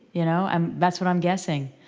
you know um that's what i'm guessing.